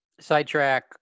sidetrack